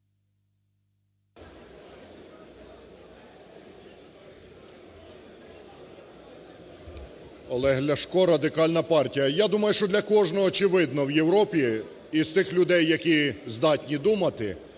Олег Ляшко, Радикальна партія. Я думаю, що для кожного очевидно в Європі із тих людей, які здатні думати